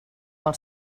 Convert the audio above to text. pel